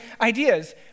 ideas